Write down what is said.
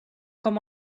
com